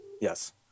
Yes